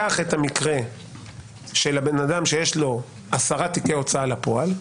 קח את המקרה של בן אדם שיש לו 10 תיקי הוצאה לפועל,